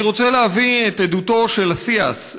אני רוצה להביא את עדותו של אסיאס,